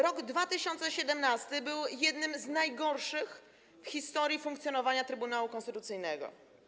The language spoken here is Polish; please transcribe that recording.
Rok 2017 był jednym z najgorszych w historii funkcjonowania Trybunału Konstytucyjnego.